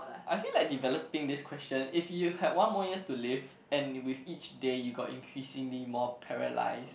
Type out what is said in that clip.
I feel like developing this question if you had one more year to live and with each day you got increasingly more paralysed